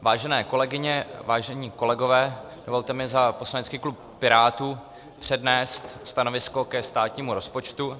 Vážené kolegyně, vážení kolegové, dovolte mi za poslanecký klub Pirátů přednést stanovisko ke státnímu rozpočtu.